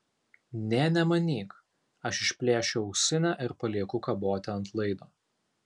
nė nemanyk aš išplėšiu ausinę ir palieku kaboti ant laido